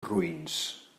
roïns